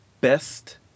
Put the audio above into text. best